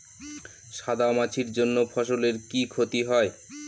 সাদা মাছির জন্য ফসলের কি ক্ষতি হয়?